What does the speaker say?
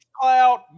cloud